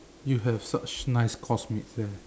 you have such nice coursemates there